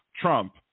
trump